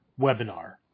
webinar